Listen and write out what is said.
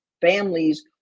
families